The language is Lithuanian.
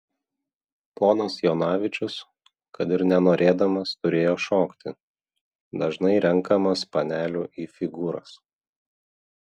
ponas jonavičius kad ir nenorėdamas turėjo šokti dažnai renkamas panelių į figūras